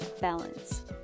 balance